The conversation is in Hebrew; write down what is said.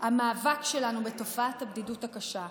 המאבק שלנו בתופעת הבדידות הקשה,